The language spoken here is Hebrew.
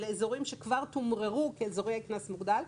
אלה אזורים שכבר תומררו כאזורי קנס מוגדל.